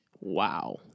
wow